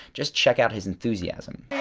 just check out his enthusiasm.